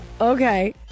Okay